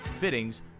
fittings